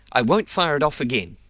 i won't fire it off again.